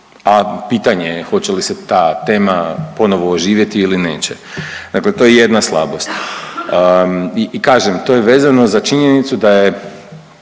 a pitanje je hoće li se ta tema ponovo oživjeti ili neće. Dakle, to je jedna slabost. I kažem, to je vezano za činjenicu da je